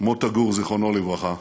מוטה גור, זיכרונו לברכה,